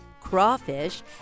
crawfish